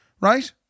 Right